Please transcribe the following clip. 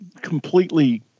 completely